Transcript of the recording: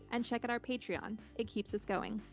and check out our patreon, it keeps us going.